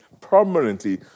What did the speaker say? permanently